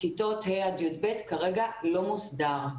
כיתות ה' עד י"ב כרגע לא מוסדר.